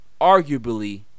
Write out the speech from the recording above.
arguably